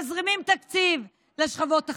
מזרימים תקציב לשכבות החלשות,